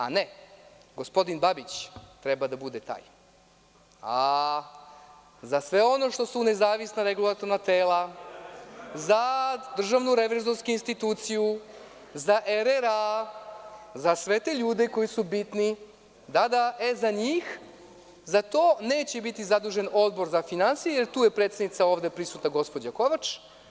Ali, ne gospodin Babić treba da bude taj, za sve ono što su nezavisno regulatorna tela za DRI, za RRA, za sve te ljude koji su bitni, da, da, e za njih, za to neće biti zadužen Odbor za finansije, jer tu je predsednica ovde prisutna gospođa Kovač.